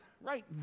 Right